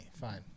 Fine